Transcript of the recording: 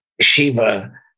Shiva